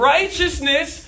Righteousness